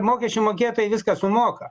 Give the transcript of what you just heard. mokesčių mokėtojai viską sumoka